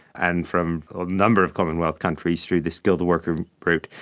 and from a number of commonwealth countries through the skilled worker route.